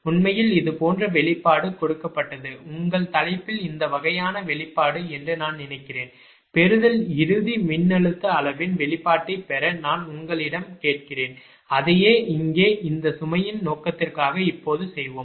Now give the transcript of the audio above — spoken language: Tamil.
உண்மையில் இதேபோன்ற வெளிப்பாடு கொடுக்கப்பட்டது உங்கள் தலைப்பில் இந்த வகையான வெளிப்பாடு என்று நான் நினைக்கிறேன் பெறுதல் இறுதி மின்னழுத்த அளவின் வெளிப்பாட்டைப் பெற நான் உங்களிடம் கேட்கிறேன் அதையே இங்கே இந்த சுமையின் நோக்கத்திற்காக இப்போது செய்வோம்